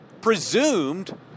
presumed